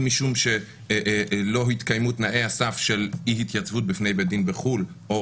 אם משום שלא התקיימו תנאי הסף של אי התייצבות בפני בית דין בחו"ל או